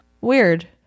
Weird